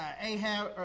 Ahab